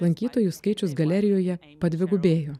lankytojų skaičius galerijoje padvigubėjo